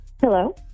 Hello